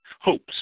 hopes